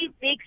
big